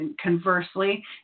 Conversely